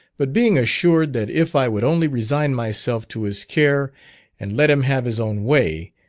but being assured that if i would only resign myself to his care and let him have his own way,